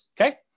okay